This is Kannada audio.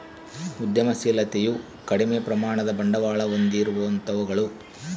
ಉದ್ಯಮಶಿಲತೆಯು ಕಡಿಮೆ ಪ್ರಮಾಣದ ಬಂಡವಾಳ ಹೊಂದಿರುವಂತವುಗಳು